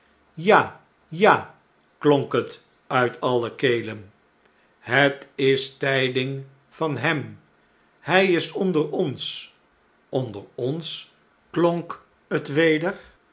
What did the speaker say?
jai ja klonk het uit alle kelen het is tijding van hem hjj is onder ons onder ons klonk het weder